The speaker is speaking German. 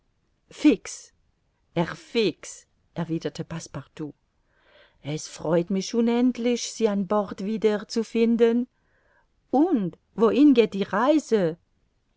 fix erwiderte passepartout es freut mich unendlich sie an bord wieder zu finden und wohin geht die reise